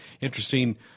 interesting